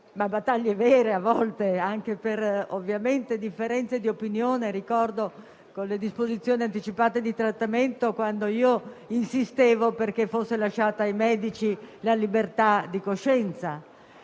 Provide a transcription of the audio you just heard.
battaglie vere, a volte ovviamente anche per differenze di opinione. Ricordo, sulle disposizioni anticipate di trattamento, quando io insistevo perché fosse lasciata ai medici la libertà di coscienza.